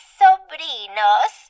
sobrinos